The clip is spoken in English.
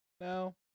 No